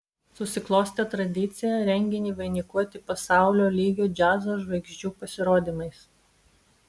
susiklostė tradicija renginį vainikuoti pasaulinio lygio džiazo žvaigždžių pasirodymais